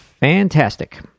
Fantastic